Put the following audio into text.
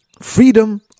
Freedom